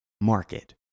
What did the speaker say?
market